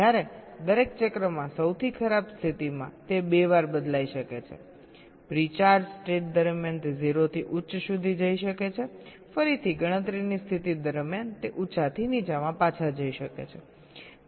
જ્યારે દરેક ચક્રમાં સૌથી ખરાબ સ્થિતિમાં તે બે વાર બદલાઈ શકે છે પ્રી ચાર્જ સ્ટેટ દરમિયાન તે 0 થી ઉચ્ચ સુધી જઈ શકે છે ફરીથી ગણતરીની સ્થિતિ દરમિયાન તે ઉંચાથી નીચામાં પાછા જઈ શકે છે